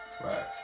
Right